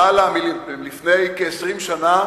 לפני למעלה מ-20 שנה